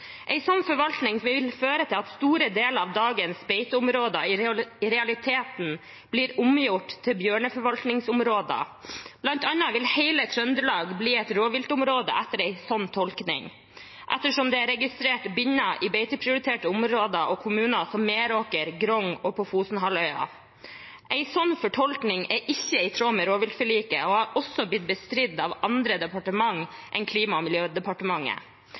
sånn forvaltning vil føre til at store deler av dagens beiteområder i realiteten blir omgjort til bjørneforvaltningsområder. Blant annet vil hele Trøndelag bli et rovviltområde etter en sånn tolkning, ettersom det er registrert binner i beiteprioriterte områder og kommuner som Meråker og Grong og på Fosen-halvøya. En sånn fortolkning er ikke i tråd med rovviltforliket og har også blitt bestridd av andre departement enn Klima- og miljødepartementet.